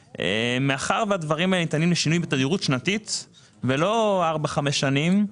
מאחר והדברים האלה ניתנים לשינוי בתדירות שנתית ולא פעם בארבע-חמש שנים,